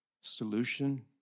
solution